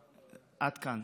עד כאן.